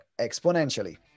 exponentially